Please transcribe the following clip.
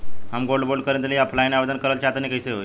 हम gold bond करंति offline आवेदन करल चाह तनि कइसे होई?